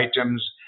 items